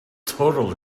total